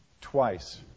twice